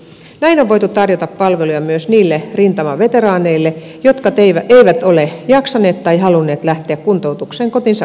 näin on voitu tarjota palveluja myös niille rintamaveteraaneille jotka eivät ole jaksaneet tai halunneet lähteä kuntoutukseen kotinsa ulkopuolelle